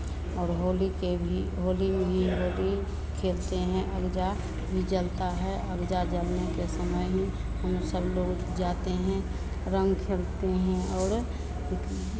और होली के भी होली में भी होली खेलते हैं अगजा भी जलता है अगजा जलने के समय हम सब जाते हैं रंग खेलते हैं और